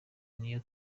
niyo